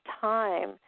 time